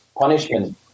punishment